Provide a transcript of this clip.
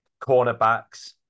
Cornerbacks